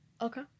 Okay